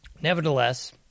Nevertheless